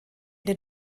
den